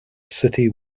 city